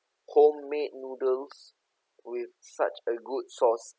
homemade noodles with such a good sauce